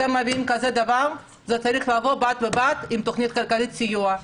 אתם מביאים כזה דבר זה צריך לבוא בד בבד עם תוכנית כלכלית לסיוע.